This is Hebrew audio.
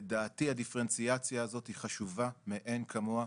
לדעתי, הדיפרנציאציה הזו היא חשובה מאין כמוה.